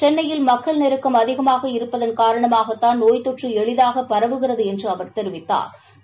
சென்னையில் மக்கள் நெருக்கம் அதிகமாக இருப்பதன் காரணமாகத்தாள் நோய் தொற்று எளிதாக பரவுகிறது என்று அவர் தெரிவித்தாா்